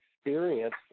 experience